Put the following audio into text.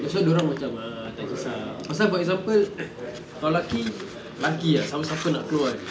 that's why dorang macam ah tak kesah pasal for example kalau laki laki ah siapa-siapa nak keluar kan